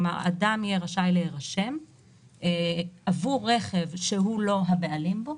כלומר אדם יהיה רשאי להירשם עבור רכב שהוא לא הבעלים בו